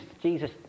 Jesus